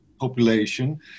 population